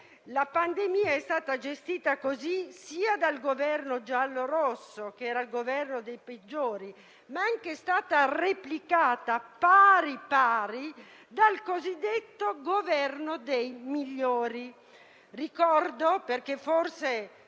La pandemia è stata gestita così dal Governo giallorosso, che era il Governo dei peggiori, ma la gestione è stata replicata, pari, pari, anche dal cosiddetto Governo dei migliori. Ricordo - perché ci